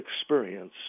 experience